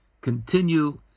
continue